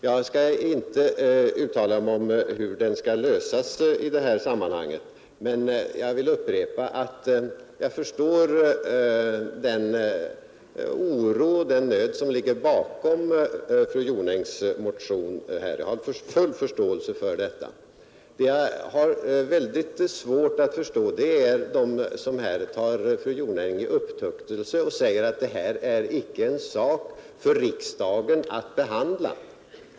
Jag skall inte i det här sammanhanget uttala mig om hur frågan skall lösas, men jag vill upprepa att jag har full förståelse för den oro och den nöd som ligger bakom fru Jonängs motion. Däremot har jag mycket svårt att förstå dem som här tar fru Jonäng i upptuktelse och säger att det här icke är en sak för riksdagen att behandla.